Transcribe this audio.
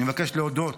אני מבקש להודות